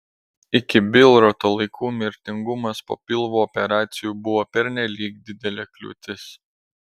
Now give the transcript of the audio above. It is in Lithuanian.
iki bilroto laikų mirtingumas po pilvo operacijų buvo pernelyg didelė kliūtis